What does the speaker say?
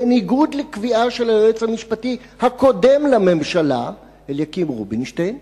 בניגוד לקביעה של היועץ המשפטי לממשלה הקודם אליקים רובינשטיין.